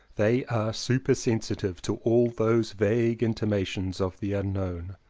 they are supersensitive to all those vague intimations of the unknown,